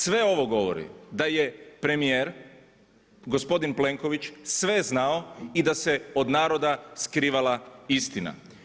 Sve ovo govori da je premijer, gospodin Plenković sve znao i da se od naroda skrivala istina.